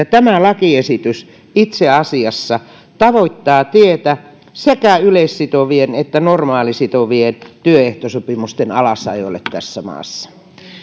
tämä lakiesitys itse asiassa tasoittaa tietä sekä yleissitovien että normaalisitovien työehtosopimusten alasajolle tässä maassa